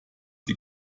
die